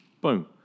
Boom